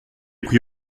pris